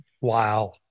Wow